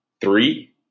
three